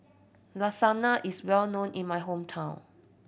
lasagna is well known in my hometown